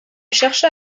chercha